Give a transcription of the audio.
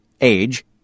Age